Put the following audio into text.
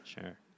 sure